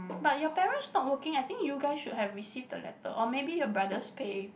but your parents not working I think you guys should have received the letter or maybe your brother's pay